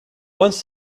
once